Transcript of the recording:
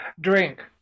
drink